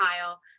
Kyle